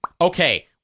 Okay